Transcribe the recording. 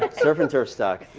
but surf and turf stock!